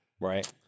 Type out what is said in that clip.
right